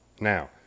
Now